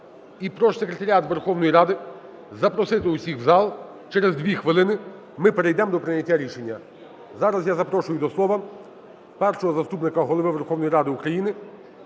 І прошу секретаріат Верховної Ради запросити всіх в зал, через 2 хвилини ми перейдемо до прийняття рішення. Зараз я запрошую до слова Першого заступника Голови Верховної Ради України